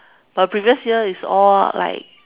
but previous year is all like